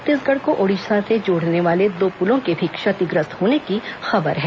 छत्तीसगढ़ को ओडिशा से जोड़ने वाले दो पुलों के भी क्षतिग्रस्त होने की खबर है